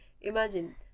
Imagine